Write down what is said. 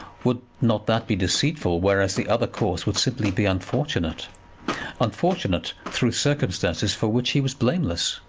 would not that be deceitful, whereas the other course would simply be unfortunate unfortunate through circumstances for which he was blameless?